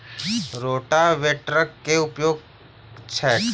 रोटावेटरक केँ उपयोग छैक?